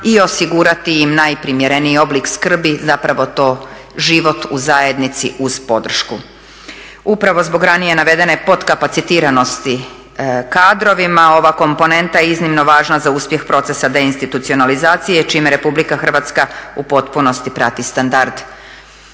i osigurati im najprimjereniji oblik skrbi, zapravo to život u zajednici uz podršku. Upravo zbog ranije navedene potkapacitiranosti kadrovima, ova komponenta je iznimno važna za uspjeh procesa deinstitucionalizacije čime RH u potpunosti prati standard